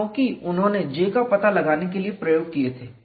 क्योंकि उन्होंने J का पता लगाने के लिए प्रयोग किए थे